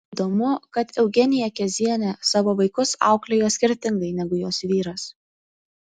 įdomu kad eugenija kezienė savo vaikus auklėjo skirtingai negu jos vyras